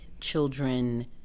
children